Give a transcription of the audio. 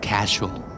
Casual